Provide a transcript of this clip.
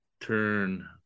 turn